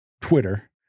Twitter